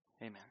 Amen